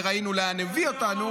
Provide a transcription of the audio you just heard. וראינו לאן הביא אותנו,